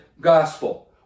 gospel